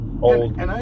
old